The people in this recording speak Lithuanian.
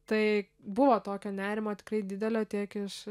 tai buvo tokio nerimo tikrai didelio tiek iš